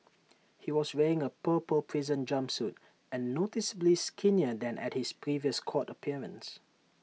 he was wearing A purple prison jumpsuit and noticeably skinnier than at his previous court appearance